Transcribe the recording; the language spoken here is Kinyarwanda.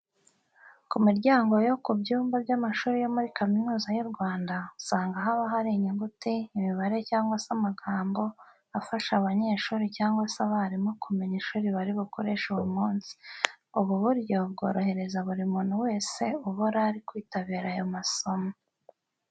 Ku miryango yo ku byumba by'amashuri yo muri Kaminuza y'u Rwanda, usanga haba hari inyuguti, imibare cyangwa se amagambo afasha abanyeshuri cyangwa se abarimu kumenya ishuri bari bukoreshe uwo munsi. Ubu buryo byorohereza buri muntu wese uba ari bwitabire ayo masomo.